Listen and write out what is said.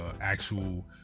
actual